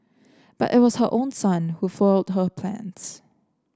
but it was her own son who foiled her plans